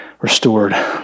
restored